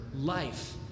life